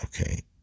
okay